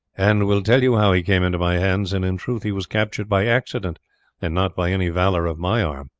and will tell you how he came into my hands, and in truth he was captured by accident and not by any valour of my arm.